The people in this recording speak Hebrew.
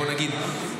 בואו נגיד,